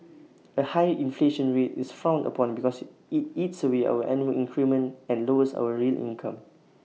A high inflation rate is frowned upon because IT eats away our annual increment and lowers our real income